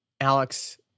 Alex